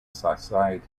society